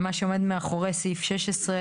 יש חקיקה שזה גם מתייחס לזה במפורש.